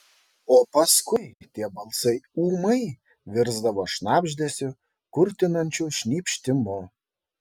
o paskui tie balsai ūmai virsdavo šnabždesiu kurtinančiu šnypštimu